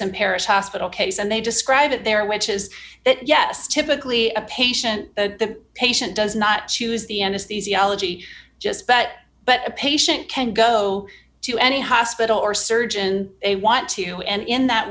n parish hospital case and they describe it there which is that yes typically a patient the patient does not choose the end is the easy elegy just but but a patient can go to any hospital or surgeon they want to and in that